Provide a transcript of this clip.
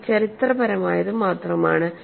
ഇത് ചരിത്രപരമായത് മാത്രമാണ്